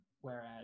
whereas